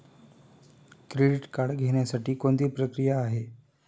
Credit card घेण्यासाठी कोणती प्रक्रिया आहे?